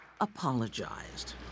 apologized